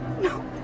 no